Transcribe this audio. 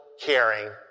caring